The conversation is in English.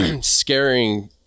scaring